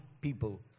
people